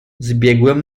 zbiegłem